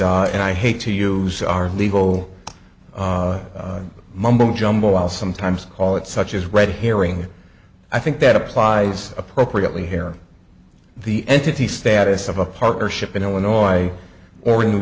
is and i hate to use our legal mumbo jumbo while sometimes call it such as red herring i think that applies appropriately here the entity status of a partnership in illinois or new